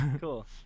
cool